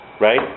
right